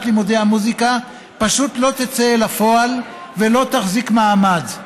לימודי המוזיקה פשוט לא תצא אל הפועל ולא תחזיק מעמד.